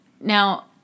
Now